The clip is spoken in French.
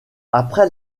après